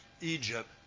Egypt